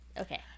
Okay